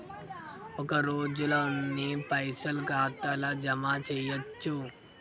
ఒక రోజుల ఎన్ని పైసల్ ఖాతా ల జమ చేయచ్చు?